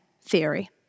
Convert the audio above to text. theory